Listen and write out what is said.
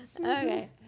Okay